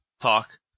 talk